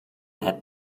had